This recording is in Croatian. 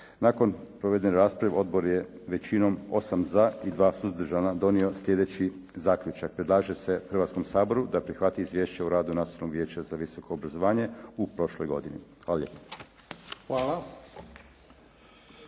Nakon provedene rasprave odbor je većinom 8 za i 2 suzdržana donio slijedeći zaključak: "Predlaže se Hrvatskom saboru da prihvati Izvješće o radu Nacionalnog vijeća za visoko obrazovanje u prošloj godini." Hvala